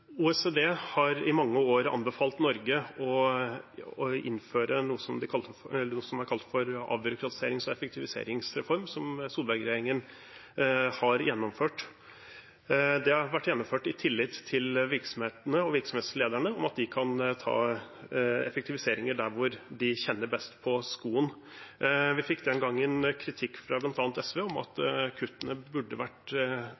OECD har i mange år anbefalt Norge å innføre noe som er kalt for avbyråkratiserings- og effektiviseringsreformen, som Solberg-regjeringen har gjennomført. Den har vært gjennomført i tillit til at virksomhetene og virksomhetslederne kan effektivisere der hvor de kjenner at skoen trykker. Vi fikk den gangen kritikk fra bl.a. SV om at